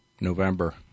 november